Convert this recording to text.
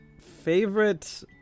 favorite